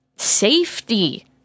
safety